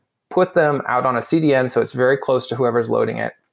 put them out on a cdn, so it's very close to whoever is loading it,